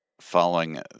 following